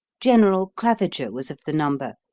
general claviger was of the number,